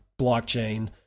blockchain